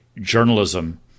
journalism